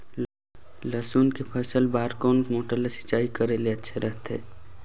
लसुन के फसल बार कोन मोटर ले सिंचाई करे ले अच्छा रथे?